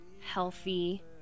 healthy